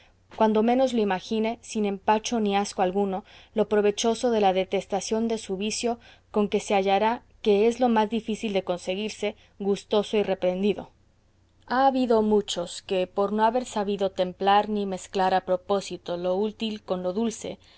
cuando menos lo imagine sin empacho ni asco alguno lo provechoso de la detestación de su vicio con que se hallará que es lo más difícil de conseguirse gustoso y reprehendido ha habido muchos que por no haber sabido templar ni mezclar a propósito lo útil con lo dulce